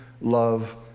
love